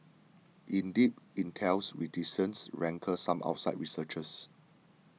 indeed Intel's reticence rankled some outside researchers